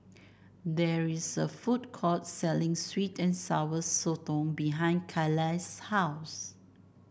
there is a food court selling sweet and Sour Sotong behind Carlyle's house